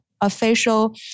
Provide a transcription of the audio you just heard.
official